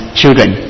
children